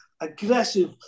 aggressive